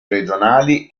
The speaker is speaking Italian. regionali